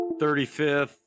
35th